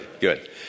good